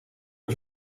een